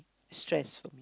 stressful